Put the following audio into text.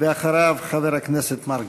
אחריו, חבר הכנסת מרגי.